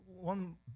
one